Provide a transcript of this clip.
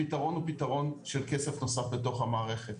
הפתרון הוא פתרון של כסף נוסף בתוך המערכת,